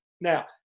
Now